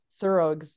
thorough